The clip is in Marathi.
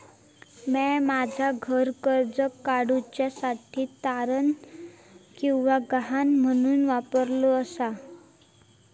म्या माझा घर कर्ज काडुच्या साठी तारण किंवा गहाण म्हणून वापरलो आसा